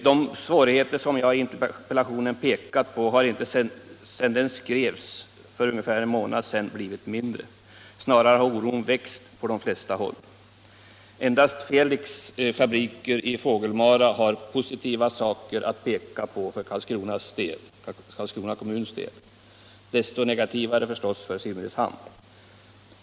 De svårigheter som jag i interpellationen pekat på har inte, sedan den skrevs för nu ungefär en månad sedan, blivit mindre; snarare har oron växt på de flesta håll. Endast Felix fabriker i Fågelmara har positiva saker att peka på för Karlskrona kommuns del — desto negativare, förstås, för Simrishamn.